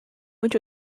which